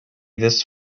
this